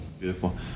beautiful